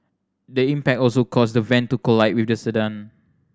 the impact also caused the van to collide with the sedan